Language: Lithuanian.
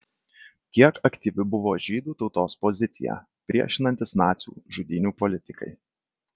kiek aktyvi buvo žydų tautos pozicija priešinantis nacių žudynių politikai